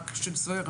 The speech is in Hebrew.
רק של סוהר,